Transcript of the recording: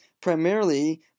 primarily